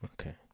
okay